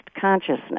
consciousness